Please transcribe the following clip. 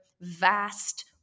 vast